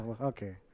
Okay